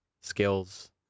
skills